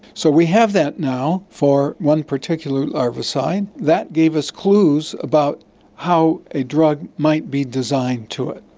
so we have that now for one particular larvicide. that gave us clues about how a drug might be designed to it.